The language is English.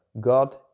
God